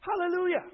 Hallelujah